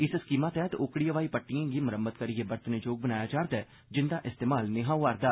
इस स्कीमा तैह्त ओकड़ी हवाई पट्टिंटएं गी मरम्मत करिए बरतने जोग बनाया जा'रदा ऐ जिन्दा इस्तमाल नेईं हा होआ दा